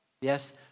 Yes